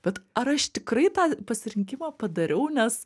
bet ar aš tikrai tą pasirinkimą padariau nes